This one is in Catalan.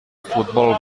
futbol